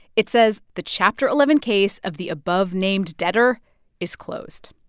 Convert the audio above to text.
it says, the chapter eleven case of the above-named debtor is closed